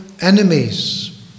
enemies